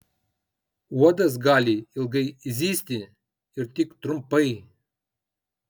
uodas gali ilgai zyzti ir tik trumpai